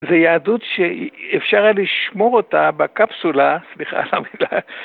זו יהדות שאפשר היה לשמור אותה בקפסולה, סליחה על המילה.